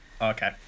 Okay